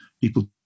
People